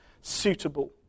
suitable